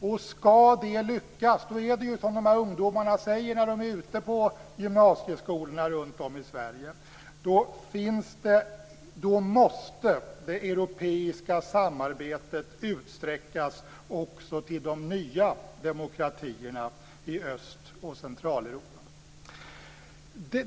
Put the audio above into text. Om det skall lyckas måste, som de här ungdomarna säger när de är ute på gymnasieskolorna runtom i Sverige, det europeiska samarbetet utsträckas också till de nya demokratierna i Öst och Centraleuropa.